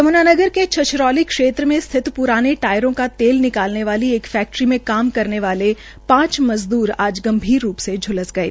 यम्नानगर के छछरौली क्षेत्र में स्थित पुराने टायरों का तेल निकालने वाली एक फैकट्री में काम करने वाले पांच मजदूर आज गंभीर रूप से झ्लस गये